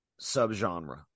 subgenre